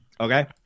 Okay